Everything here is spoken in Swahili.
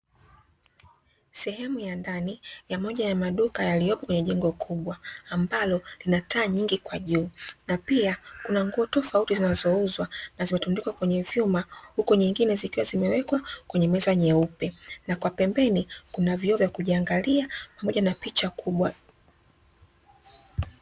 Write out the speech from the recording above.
Sehemu ya ndani ya moja ya maduka yaliyopo kwenye jengo kubwa, ambalo lina taa nyingi kwa juu na pia kuna nguo tofauti zinazouzwa na zimetundikwa kwenye vyuma, huku nyingine zikiwa zimewekwa kwenye meza nyeupe na kwa pembeni kuna vioo vya kujiangalia pamoja na picha kubwa.